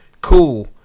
Cool